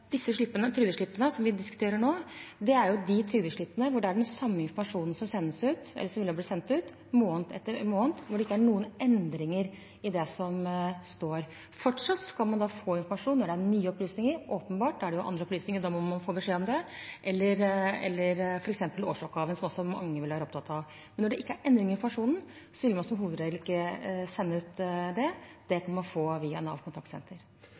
diskuterer nå, er de trygdeslippene hvor samme informasjon blir sendt ut måned etter måned, hvor det ikke er noen endringer i det som står. Fortsatt skal man få informasjon når det er nye opplysninger, åpenbart, da er det jo andre opplysninger, og da må man få beskjed om det, eller f.eks. årsoppgaven, som også mange vil være opptatt av. Men når det ikke er endring i informasjonen, vil man som hovedregel ikke sende ut det. Det kan man få via NAV Kontaktsenter.